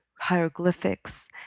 hieroglyphics